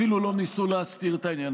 ואפילו לא ניסו להסתיר את העניין.